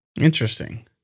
Interesting